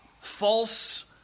false